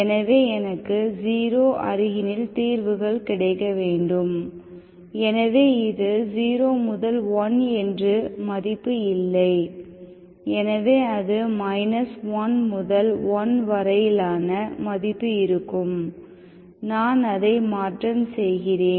எனவே எனக்கு 0 அருகினில் தீர்வுகள் கிடைக்க வேண்டும் எனவே இது 0 முதல் 1 என்று மதிப்பு இல்லை எனவே அது 1 முதல் 1 வரையிலான மதிப்பு இருக்கும் நான் அதை மாற்றம் செய்கிறேன்